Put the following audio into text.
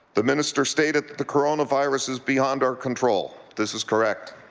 the minister stated the coronavirus is beyond our control. this is correct.